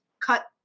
cut